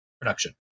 production